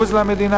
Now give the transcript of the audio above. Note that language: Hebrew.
"בוז למדינה",